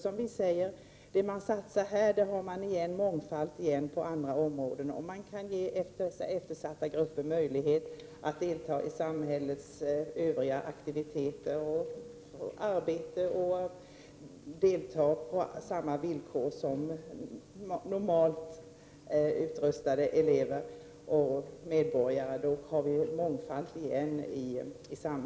Som vi säger, det man satsar här har man mångfaldigt igen på andra områden. Om man kan ge eftersatta grupper möjlighet att delta i samhällets övriga aktiviteter och i arbete, på samma villkor som normalt utrustade elever och medborgare, har samhället det mångfalt igen.